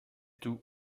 tout